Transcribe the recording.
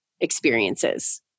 experiences